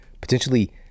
potentially